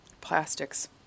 plastics